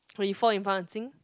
when you fall in front of Jing